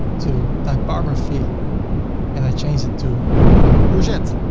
to typography and i change it to courgette.